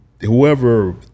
whoever